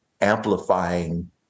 amplifying